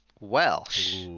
welsh